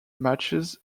matches